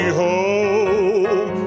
home